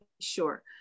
Sure